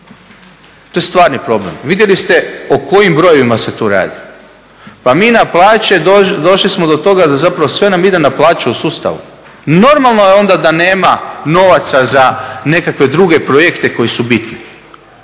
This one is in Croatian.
To je stvarni problem. Vidjeli ste o kojim brojevima se tu radi. Pa mi na plaće došli smo do toga da zapravo sve nam ide na plaće u sustavu. Normalno je onda da nema novaca za nekakve druge projekte koji su bitni,